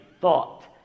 thought